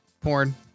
porn